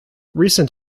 recent